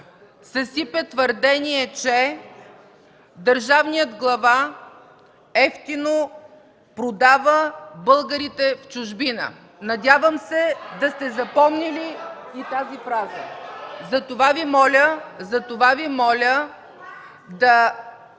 сипят твърдения, че държавният глава „евтино продава българите в чужбина”. Надявам се да сте запомнили и тази фраза. Затова Ви моля да прилагате